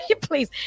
Please